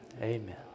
Amen